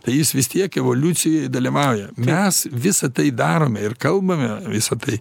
tai jis vis tiek evoliucijoj dalyvauja mes visa tai darome ir kalbame visa tai